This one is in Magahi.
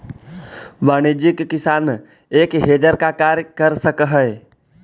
वाणिज्यिक किसान एक हेजर का कार्य कर सकअ हई